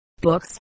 Books